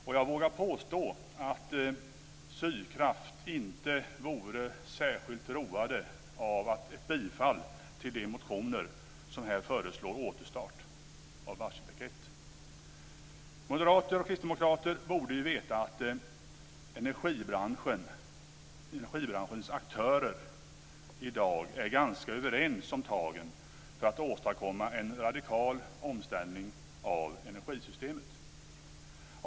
Och jag vågar påstå att man vid Sydkraft inte vore särskilt road av ett bifall till de motioner som här föreslår återstart av Barsebäck 1. Moderater och kristdemokrater borde ju veta att energibranschens aktörer i dag är ganska överens om tagen för att åstadkomma en radikal omställning av energisystemet.